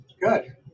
Good